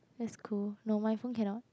that's cool no my phone cannot